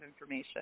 information